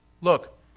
Look